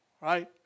right